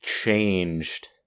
changed